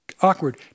Awkward